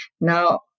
now